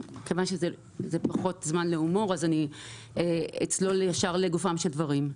כיוון שזה פחות זמן להומור אני אצלול ישר לגופם של דברים.